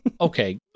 Okay